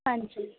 ਹਾਂਜੀ